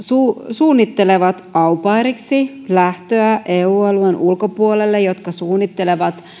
suunnittelevat au pairiksi lähtöä eu alueen ulkopuolelle tai jotka suunnittelevat